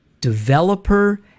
developer